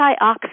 antioxidant